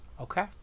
okay